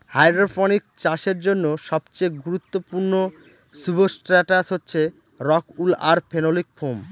hydroponics চাষের জন্য সবচেয়ে গুরুত্বপূর্ণ সুবস্ট্রাটাস হচ্ছে রক উল আর ফেনোলিক ফোম